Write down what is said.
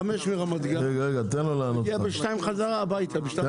מרמת גן ומגיע בחזרה בשתיים הביתה.